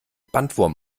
bandwurm